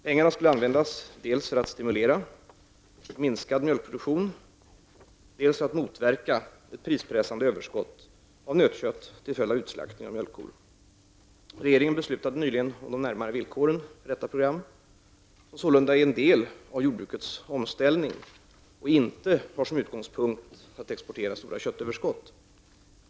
Pengarna skulle användas dels för att stimulera till minskad mjölkproduktion, dels för att motverka ett prispressande överskott av nötkött till följd av utslaktning av mjölkkor. Regeringen beslutade nyligen om de närmare villkoren för detta program, som sålunda är en del av jordbrukets omställning och inte har som utgångspunkt att exportera stora köttöverskott.